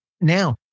Now